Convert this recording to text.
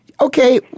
okay